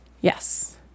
Yes